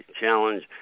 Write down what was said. challenge